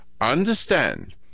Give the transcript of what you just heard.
understand